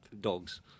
dogs